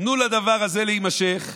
תנו לדבר הזה להימשך,